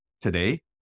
Today